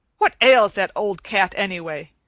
what ails that old cat, anyway?